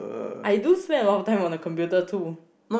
I do spend a lot of time on the computer too